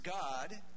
God